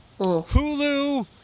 Hulu